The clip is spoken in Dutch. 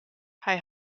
hij